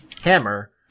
hammer